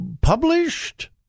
published